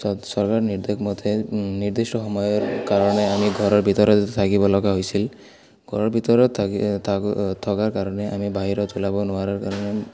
চ চৰকাৰ নিৰ্দেশমতে নিৰ্দিষ্ট সময়ৰ কাৰণে আমি ঘৰৰ ভিতৰত থাকিব লগা হৈছিল ঘৰৰ ভিতৰত থাকি থকা থকাৰ কাৰণে আমি বাহিৰত ওলাব নোৱাৰাৰ কাৰণে